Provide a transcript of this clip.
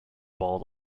bald